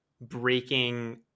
breaking